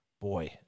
boy